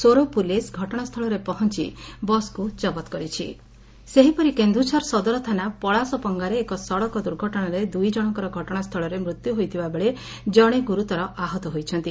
ସୋର police ଘଟଣାସ୍ଥିଳରେ ପହ ଜବତ କରିଛି ସେହିପରି କେନ୍ଦୁଝର ସଦର ଥାନା ପଳାଶପଙ୍ଙାରେ ଏକ ସଡ଼କ ଦୁର୍ଘଟଶାରେ ଦୁଇ ଜଶଙ୍କର ଘଟଶାସ୍ଚଳରେ ମୃତ୍ଧୁ ହୋଇଥିବାବେଳେ ଜଣେ ଗୁରୁତର ଆହତ ହୋଇଛନ୍ତି